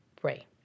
pray